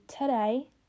today